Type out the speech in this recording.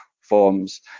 forms